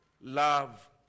Love